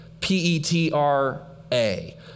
P-E-T-R-A